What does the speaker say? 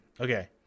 okay